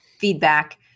feedback